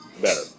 better